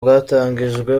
bwatangijwe